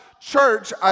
church